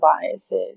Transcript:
biases